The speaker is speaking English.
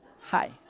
Hi